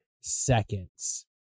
seconds